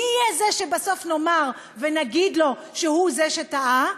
מי יהיה זה שבסוף נאמר ונגיד לו שהוא זה שטעה,